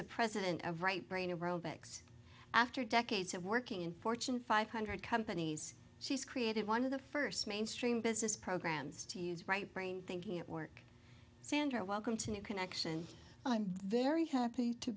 the president of right brain of rollbacks after decades of working in fortune five hundred companies she's created one of the first mainstream business programs to use right brain thinking at work sandra welcome to new connection i'm very happy to